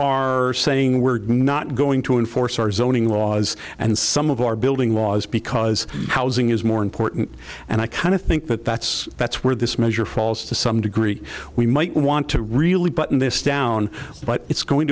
are saying we're not going to enforce our zoning laws and some of our building laws because housing is more important and i kind of think that that's that's where this measure falls to some degree we might want to really but in this down but it's going